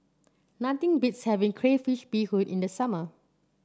nothing beats having Crayfish Beehoon in the summer